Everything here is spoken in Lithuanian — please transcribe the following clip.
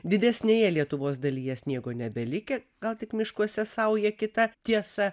didesnėje lietuvos dalyje sniego nebelikę gal tik miškuose sauja kita tiesa